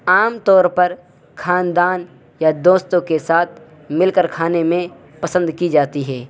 عام طور پر خاندان یا دوستوں کے ساتھ مل کر کھانے میں پسند کی جاتی ہے